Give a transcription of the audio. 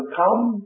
come